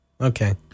okay